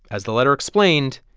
as the letter explained,